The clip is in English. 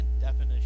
definition